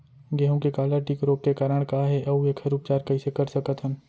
गेहूँ के काला टिक रोग के कारण का हे अऊ एखर उपचार कइसे कर सकत हन?